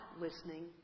listening